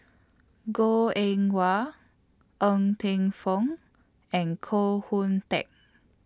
Goh Eng Wah Ng Teng Fong and Koh Hoon Teck